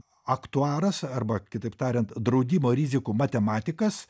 aktuaras arba kitaip tariant draudimo rizikų matematikas